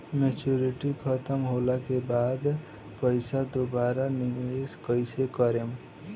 Maturity खतम होला के बाद पईसा दोबारा निवेश कइसे करेम?